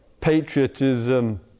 patriotism